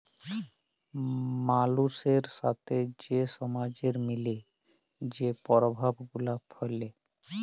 মালুসের সাথে যে সমাজের মিলে যে পরভাব গুলা ফ্যালে